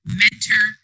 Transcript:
mentor